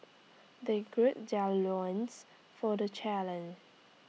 they gird their loins for the challenge